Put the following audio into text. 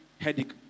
headache